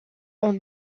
ont